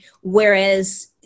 whereas